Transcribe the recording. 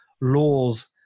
laws